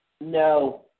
No